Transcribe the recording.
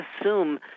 assume